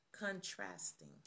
Contrasting